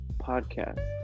podcast